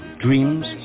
Dreams